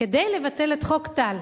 כדי לבטל את חוק טל.